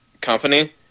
company